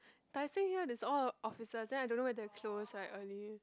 Tai Seng here is all offices then I don't know whether they close very early